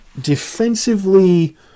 defensively